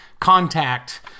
contact